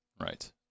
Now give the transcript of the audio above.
right